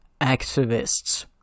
activists